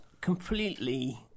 completely